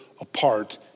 apart